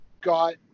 got –